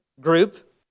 group